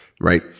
Right